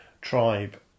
tribe